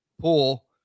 pool